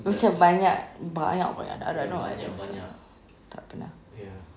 macam banyak banyak